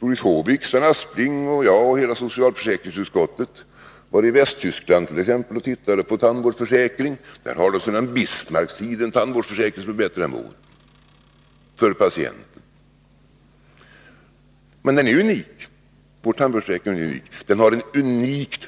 Doris Håvik, Sven Aspling, jag och hela socialförsäkringsutskottet vart.ex. i Västtyskland och tittade på tandvårdsförsäkring. Där har de sedan Bismarcks tid en tandvårdsförsäkring som är bättre än vår, för patienterna. Men vår tandvårdsförsäkring är unik.